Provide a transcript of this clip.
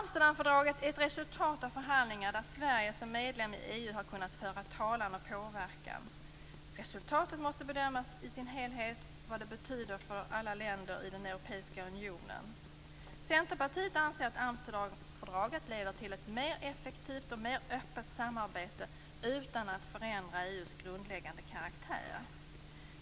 Amsterdamfördraget är ett resultat av förhandlingar där Sverige som medlem i EU har kunnat föra sin talan och påverka. Resultatet måste bedömas i sin helhet, med tanke på vad det betyder för alla länder i Europeiska unionen. Centerpartiet anser att Amsterdamfördraget leder till ett mer effektivt och mer öppet samarbete utan att förändra EU:s grundläggande karaktär.